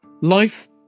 Life